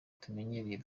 tumenyereye